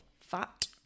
fat